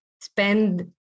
spend